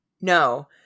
No